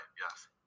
Yes